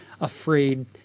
afraid